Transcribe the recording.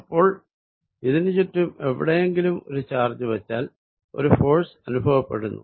അപ്പോൾ ഇതിനു ചുറ്റും എവിടെയെങ്കിലും ഒരു ചാർജ് വച്ചാൽ ഒരു ഫോഴ്സ് അനുഭവപ്പെടുന്നു